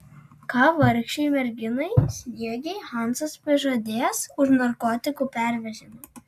ką vargšei merginai sniegei hansas pažadės už narkotikų pervežimą